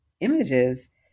images